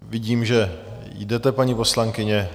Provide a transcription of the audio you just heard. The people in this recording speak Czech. Vidím, že jdete, paní poslankyně.